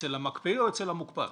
אצל המקפיא או אצל המוקפא,